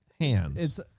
hands